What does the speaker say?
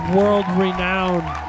world-renowned